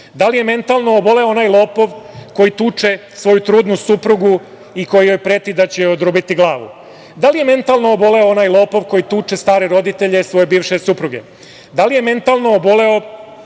Da li je mentalno oboleo onaj lopov koji tuče svoju trudnu suprugu i kojoj preti da će joj odrubiti glavu? Da li je mentalno oboleo onaj lopov koji tuče stare roditelje svoje bivše supruge? Da li je mentalno oboleo